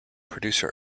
producer